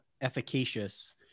efficacious